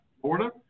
Florida